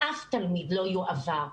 ואף תלמיד לא יועבר,